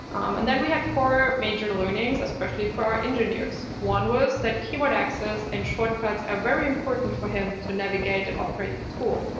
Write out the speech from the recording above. and then we had four major learnings, especially for our engineers. one was that keyboard access and shortcuts are very important for him to navigate and operate the tool.